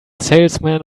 salesman